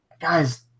guys